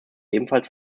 ebenfalls